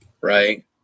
right